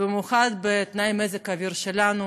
במיוחד בתנאי מזג האוויר שלנו,